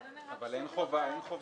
אבל אין חובה לתת לו שכר.